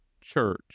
church